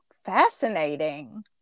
fascinating